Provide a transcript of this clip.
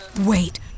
Wait